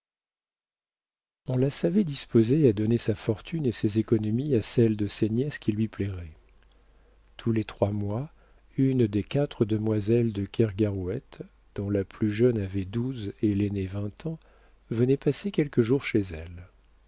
on la savait disposée à donner sa fortune et ses économies à celle de ses nièces qui lui plairait tous les trois mois une des quatre demoiselles de kergarouët dont la plus jeune avait douze et l'aînée vingt ans venait passer quelques jours chez elle